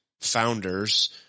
founders